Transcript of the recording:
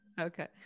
Okay